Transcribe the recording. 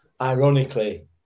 ironically